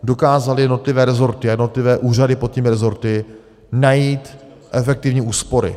dokázaly jednotlivé resorty a jednotlivé úřady pod těmi resorty najít efektivní úspory.